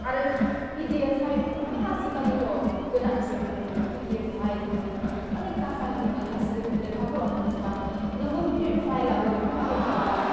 आरो भिडिअ फाय माने आजिखालिथ' गोदान जुग माने बेआव पिडिएफ फायल मोनो अनेख था फायल मोनो खायसे लेखाफोराव मोनजोबा नोंगौ पिडिएफ फाइललाबो हहाय खालामो